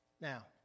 Now